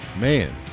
Man